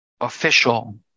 official